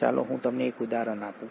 ચાલો હું તમને એક ઉદાહરણ આપું